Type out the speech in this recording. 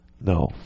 No